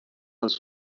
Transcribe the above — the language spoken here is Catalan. als